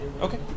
Okay